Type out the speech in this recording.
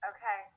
Okay